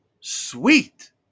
Sweet